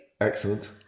Excellent